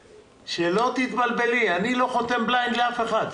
שלא תתבלבלי, אני לא חותם בליינד לאף אחד.